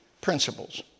principles